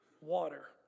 water